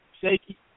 shaky